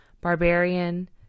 barbarian